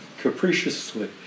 capriciously